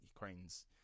ukraine's